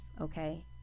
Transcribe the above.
okay